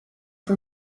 for